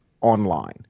online